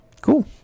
cool